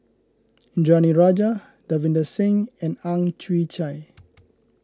Indranee Rajah Davinder Singh and Ang Chwee Chai